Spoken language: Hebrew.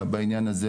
בעניין הזה,